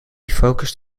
focused